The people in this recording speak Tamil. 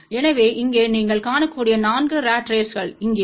எனவே இங்கே நீங்கள் காணக்கூடிய 4 ராட் ரேஸ்ங்கள் இங்கே